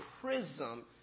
prism